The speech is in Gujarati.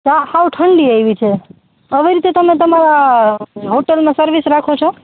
ચા હાવ ઠંડી આઇવી છે અવ રીતે તમે તમારા હોટલનો સર્વિસ રાખો છો